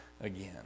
again